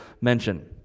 mention